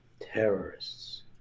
terrorists